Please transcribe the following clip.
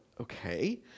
okay